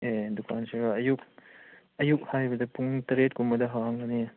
ꯑꯦ ꯗꯨꯀꯥꯟꯁꯤꯔꯣ ꯑꯌꯨꯛ ꯑꯌꯨꯛ ꯍꯥꯏꯕꯗ ꯄꯨꯡ ꯇꯔꯦꯠ ꯀꯨꯝꯕꯗ ꯍꯥꯡꯒꯅꯤ